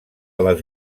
les